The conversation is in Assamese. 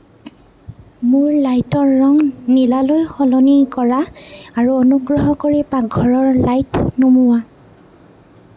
মোৰ লাইটৰ ৰং নীলালৈ সলনি কৰা আৰু অনুগ্ৰহ কৰি পাকঘৰৰ লাইট নুমুওৱা